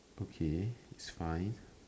okay it's fine